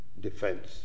defense